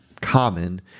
common